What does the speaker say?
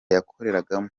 yakoreragamo